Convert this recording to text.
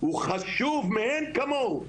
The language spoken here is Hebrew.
הוא חשוב מאין כמוהו,